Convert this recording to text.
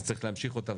אז צריך להמשיך אותה.